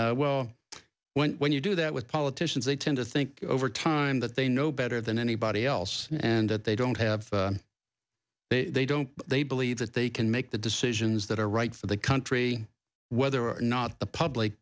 when when you do that with politicians they tend to think over time that they know better than anybody else and that they don't have they don't they believe that they can make the decisions that are right for the country whether or not the public